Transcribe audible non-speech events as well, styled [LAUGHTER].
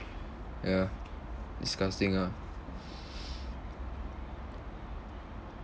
ya disgusting ah [BREATH]